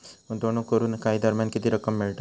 गुंतवणूक करून काही दरम्यान किती रक्कम मिळता?